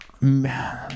Man